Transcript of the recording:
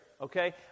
okay